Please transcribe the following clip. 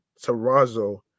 terrazzo